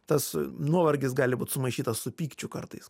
tas nuovargis gali būt sumaišytas su pykčiu kartais